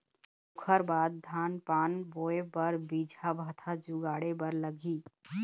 ओखर बाद धान पान बोंय बर बीजहा भतहा जुगाड़े बर लगही